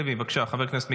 חבר הכנסת אלעזר שטרן,